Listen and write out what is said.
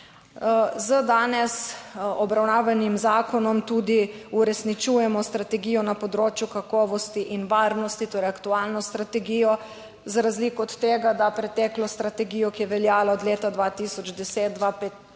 Z danes obravnavanim zakonom tudi uresničujemo strategijo na področju kakovosti in varnosti, torej aktualno strategijo, za razliko od tega, da preteklo strategijo, ki je veljala od leta 2010 do 2015,